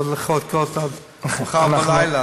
לא לחכות עד מאוחר בלילה,